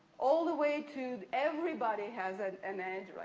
all the way to everybody has an an edge. like,